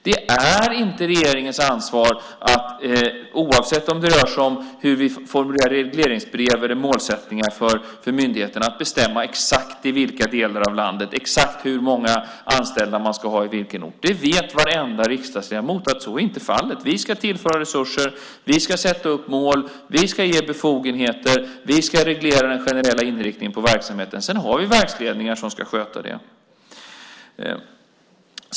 Det är inte regeringens ansvar att, oavsett om det rör sig om hur vi formulerar regleringsbrev eller målsättningar för myndigheterna, bestämma exakt i vilka delar av landet man ska finnas och exakt hur många anställda man ska ha på vilken ort. Varenda riksdagsledamot vet att så inte är fallet. Vi ska tillföra resurser. Vi ska sätta upp mål. Vi ska ge befogenheter. Vi ska reglera den generella inriktningen på verksamheten. Sedan har vi verksledningar som ska sköta det hela.